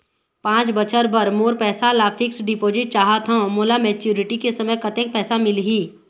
पांच बछर बर मोर पैसा ला फिक्स डिपोजिट चाहत हंव, मोला मैच्योरिटी के समय कतेक पैसा मिल ही?